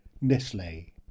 Nestle